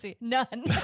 None